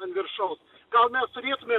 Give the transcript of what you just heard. ant viršaus gal mes turėtumėm